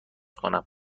کنم